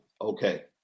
okay